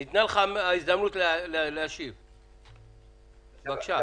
בבקשה.